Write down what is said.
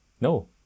No